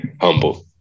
humble